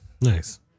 nice